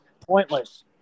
pointless